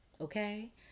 okay